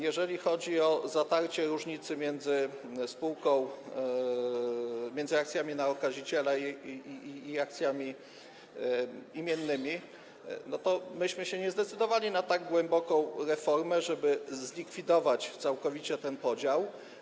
Jeżeli chodzi o zatarcie różnicy między spółką... między akcjami na okaziciela i akcjami imiennymi, to myśmy się nie zdecydowali na tak głęboką reformę, żeby zlikwidować całkowicie ten podział.